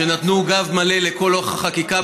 שנתנו גב מלא לכל אורך החקיקה,